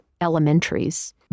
elementaries